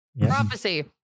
Prophecy